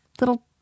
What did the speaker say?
little